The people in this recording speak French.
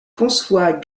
françois